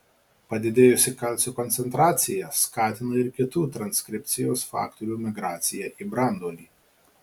padidėjusi kalcio koncentracija skatina ir kitų transkripcijos faktorių migraciją į branduolį